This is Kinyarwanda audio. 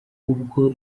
ubwo